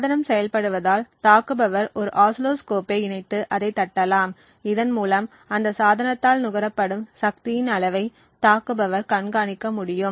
சாதனம் செயல்படுவதால் தாக்குபவர் ஒரு ஆசிலோஸ்கோப்பை இணைத்து அதைத் தட்டலாம் இதன் மூலம் அந்த சாதனத்தால் நுகரப்படும் சக்தியின் அளவை தாக்குபவர் கண்காணிக்க முடியும்